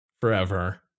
forever